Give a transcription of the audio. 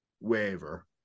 waver